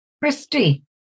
Christy